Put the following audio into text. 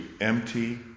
empty